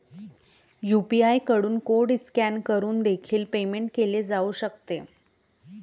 UPI कडून code scan करून देखील पेमेंट केले जाऊ शकते